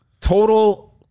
Total